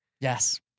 Yes